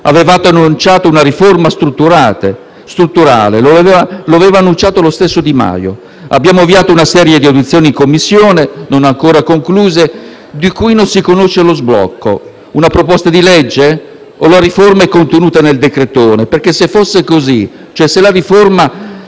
Avevate annunciato una riforma strutturale; l'aveva annunciato lo stesso Di Maio. Abbiamo avviato una serie di audizioni in Commissione, non ancora concluse e di cui non si conosce lo sbocco: una proposta di legge o una riforma contenuta nel decretone? Se la riforma